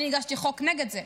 אני הגשתי חוק נגד זה.